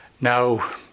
Now